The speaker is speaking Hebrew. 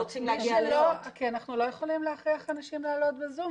כי אנחנו לא יכולים להכריח אנשים לעלות ב"זום".